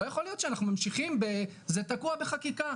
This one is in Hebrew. לא יכול להיות שאנחנו ממשיכים בזה תקוע בחקיקה,